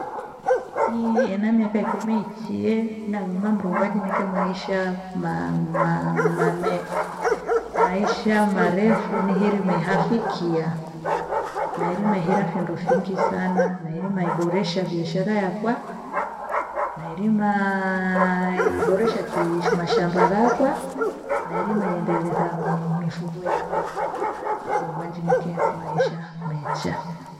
Nyi ena miaka ikumi ichiya namuomba Murungu anjinike maisha- ma- ma- mame maisha marefu nihirime nirime hiyafikiya. Nairima hira phindo fingi sana, nairima iboresha biashara yakwa na nairimaaa iboresha ki- ishi- ishamba ghakwa na nairima ihendelesa mi- mifugo yakwa, Mrungu anjinike maisha mecha.